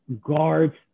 guards